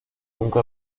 nunca